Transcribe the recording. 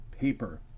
paper